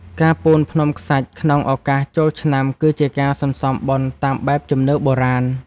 ការពូនភ្នំខ្សាច់ក្នុងឱកាសចូលឆ្នាំ គឺជាការសន្សំបុណ្យតាមបែបជំនឿបុរាណ។